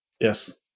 yes